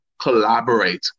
collaborate